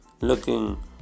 looking